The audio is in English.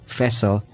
vessel